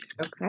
Okay